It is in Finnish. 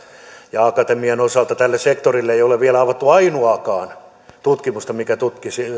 ja akatemian osalta tälle sektorille ei ole vielä avattu ainoaakaan tutkimusta mikä tukisi